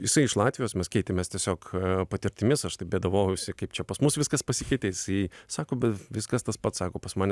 jisai iš latvijos mes keitėmės tiesiog patirtimis aš tai bėdavojausi kaip čia pas mus viskas pasikeitė jisai sako bet viskas tas pats sako pas mane